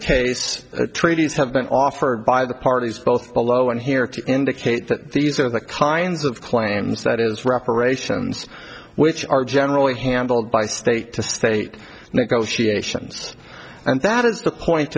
case treaties have been offered by the parties both below and here to indicate that these are the kinds of claims that is reparations which are generally handled by state to state negotiations and